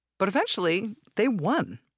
but eventually they won!